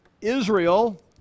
Israel